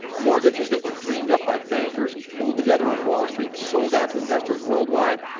mortgages that were dreamed up by bankers and pooled together on wall street and sold out to investors worldwide.